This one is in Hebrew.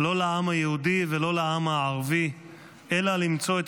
לא לעם היהודי ולא לעם הערבי אלא למצוא את